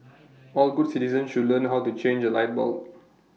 all good citizens should learn how to change A light bulb